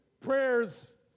prayers